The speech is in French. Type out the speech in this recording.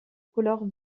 couleur